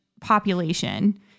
population